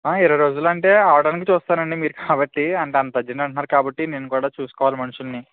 ఇరవై రోజులంటే అవ్వటానికి చూస్తానండి మీరు కాబట్టి అంత అంత అర్జెంట్ అంటున్నారు కాబట్టి నేను కూడా చూసుకోవాలి మనుషులని